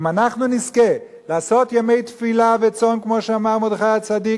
אם אנחנו נזכה לעשות ימי תפילה וצום כמו שאמר מרדכי הצדיק,